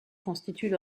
constituent